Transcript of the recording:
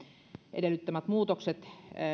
edellyttämät muutokset